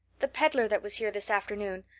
the peddler that was here this afternoon.